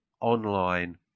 online